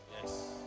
Yes